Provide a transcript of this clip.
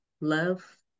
love